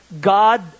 God